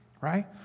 right